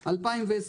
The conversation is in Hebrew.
ב-2020,